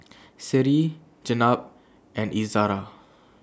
Seri Jenab and Izzara